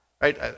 right